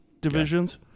divisions